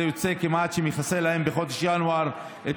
זה יוצא כמעט שמכסה להם בחודש ינואר את